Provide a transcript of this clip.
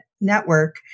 network